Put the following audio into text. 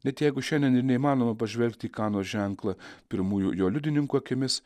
net jeigu šiandien ir neįmanoma pažvelgti į kanos ženklą pirmųjų jo liudininkų akimis